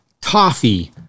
toffee